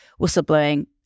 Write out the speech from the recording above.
whistleblowing